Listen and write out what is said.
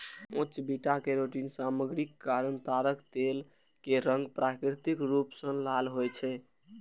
उच्च beta carotene सामग्रीक कारण ताड़क तेल के रंग प्राकृतिक रूप सं लाल होइ छै